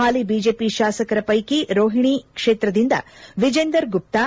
ಹಾಲಿ BJP ಶಾಸಕರ ಪೈಕಿ ರೋಹಿಣಿ ಕ್ಷೇತ್ರದಿಂದ ವಿಜೀಂದರ್ ಗುಪ್ತಾ